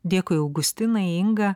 dėkui augustinai inga